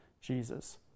Jesus